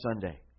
Sunday